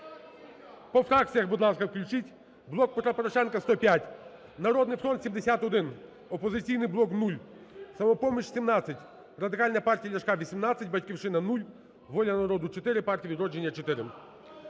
По фракціях, будь ласка, включіть. "Блок Петра Порошенка" – 105, "Народний фронт" – 71, "Опозиційний блок" – 0, "Самопоміч" – 17, Радикальна партія Ляшка – 18, "Батьківщина" – 0, "Воля народу" – 4, "Партія "Відродження"